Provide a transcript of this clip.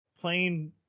playing